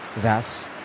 thus